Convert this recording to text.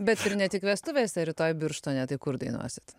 bet ir ne tik vestuvėse rytoj birštone tai kur dainuosit